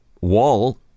wall